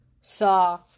saw